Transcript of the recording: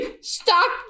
stop